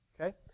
okay